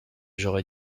j’aurais